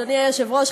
אדוני היושב-ראש,